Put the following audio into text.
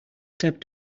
step